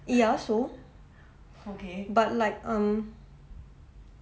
ya so but like um